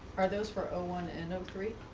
are those for ah one and um three?